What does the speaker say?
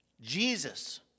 Jesus